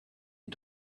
des